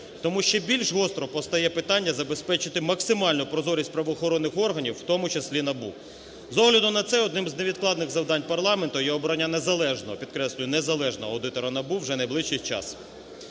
Тому ще більш гостро постає питання забезпечити максимально прозорість правоохоронних органів, в тому числі НАБУ. З огляду на це, одним з невідкладних завдань парламенту є обрання незалежного, підкреслюю, незалежного аудитора НАБУ вже в найближчий час.